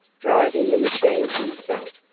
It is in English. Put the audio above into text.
driving the machine himself.